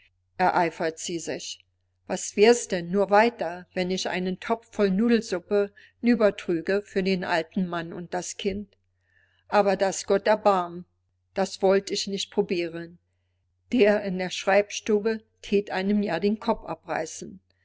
ereiferte sie sich was wär's denn nun weiter wenn ich einen topf voll nudelsuppe nübertrüge für den alten mann und das kind aber daß gott erbarm das wollt ich nicht probieren der in der schreibstube thät einem ja den kopf abreißen